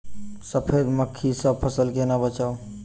सफेद मक्खी सँ फसल केना बचाऊ?